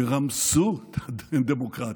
שרמסו את הדמוקרטיה,